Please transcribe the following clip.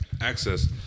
access